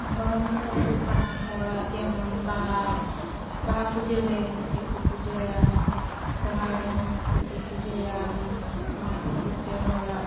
ᱫᱷᱚᱨᱚᱢᱫᱚ ᱦᱩᱭᱩᱜ ᱠᱟᱱᱟ ᱦᱚᱲᱟᱜ ᱡᱮᱢᱚᱱ ᱵᱟᱦᱟ ᱵᱟᱦᱟ ᱯᱩᱡᱟᱹᱨᱮ ᱢᱤᱫᱴᱷᱮᱱᱠᱚ ᱯᱩᱡᱟᱹᱭᱟ ᱥᱚᱦᱚᱨᱟᱭ ᱨᱮᱦᱚᱸ ᱢᱤᱫᱴᱷᱮᱱᱠᱚ ᱯᱩᱡᱟᱹᱭᱟ ᱚᱱᱟ ᱚᱱᱟ ᱠᱷᱟᱹᱛᱤᱨᱛᱮ ᱦᱚᱲᱟᱜ